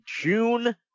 June